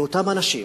ולאותם אנשים,